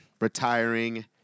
retiring